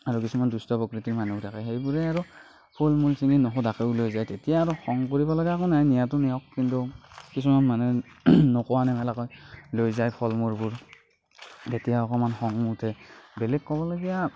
আৰু কিছুমান দুষ্ট প্ৰকৃতিৰ মানুহ থাকে সেইবোৰে আৰু ফুল মূল ছিঙি নোসোধাকেও লৈ যায় তেতিয়া আৰু খং কৰিব লগা একো নাই নিয়াটো নিয়ক কিন্তু কিছুমান মানুহে নোকোৱা নেমেলাকৈ লৈ যায় ফল মূলবোৰ তেতিয়া অকমান খং উঠে বেলেগ ক'বলগীয়া